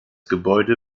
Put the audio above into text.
gebäude